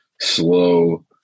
slow